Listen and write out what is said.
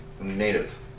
native